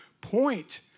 point